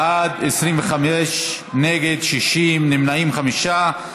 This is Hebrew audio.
בעד, 25, נגד 60, נמנעים, חמישה.